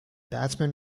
batsman